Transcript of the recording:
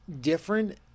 different